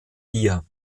bier